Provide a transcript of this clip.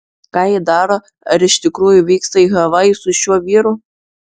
ką ji daro ar iš tikrųjų vyksta į havajus su šiuo vyru